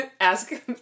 ask